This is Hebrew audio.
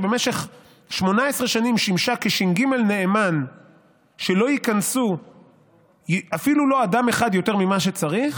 שבמשך 18 שנים שימשה כש"ג נאמן שלא ייכנס אפילו אדם אחד יותר ממה שצריך,